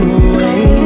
away